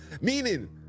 Meaning